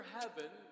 heaven